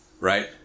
right